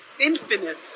infinite